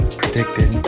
predicted